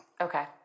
Okay